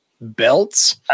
belts